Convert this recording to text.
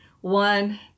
One